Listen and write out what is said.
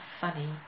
funny